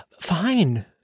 fine